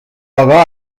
aga